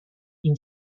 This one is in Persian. این